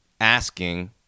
asking